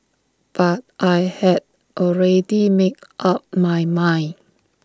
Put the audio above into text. but I had already made up my mind